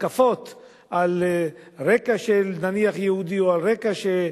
ההתקפות על רקע של, נניח יהודי או על רקע,